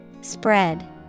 Spread